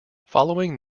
following